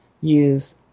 use